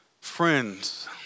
friends